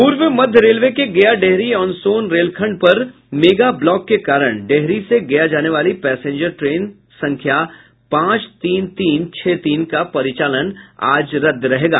पूर्व मध्य रेलवे के गया डेहरी ऑन सोन रेलखंड पर मेगा ब्लॉक के कारण डेहरी से गया जाने वाली पैसेंजर ट्रेन संख्या पांच तीन तीन छह तीन का परिचालन आज रद्द रहेगा